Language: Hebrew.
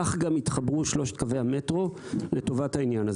כך גם יתחברו שלושת קווי המטרו לטובת העניין הזה.